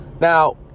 Now